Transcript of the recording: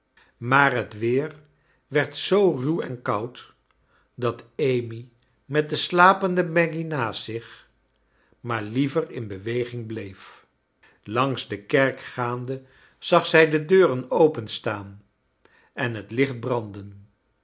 maar het weer werd zoo ruw en koud dat amy met de slapende maggy naast zich maar liever in beweging bleef langs de kerk gaande zag zij de deuren openstaan en het licht branden